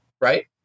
right